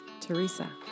Teresa